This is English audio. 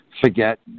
forget